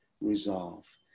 resolve